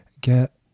get